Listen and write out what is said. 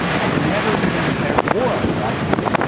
had never even declared war on the ottomans,